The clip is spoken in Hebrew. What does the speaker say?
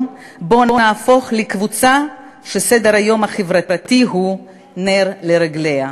שבו נהפוך לקבוצה שסדר-היום החברתי הוא נר לרגליה.